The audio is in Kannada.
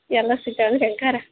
ಎಲ್ಲ ಸಿಗ್ತಾವೇನು ರೀ ಹಂಗಾರ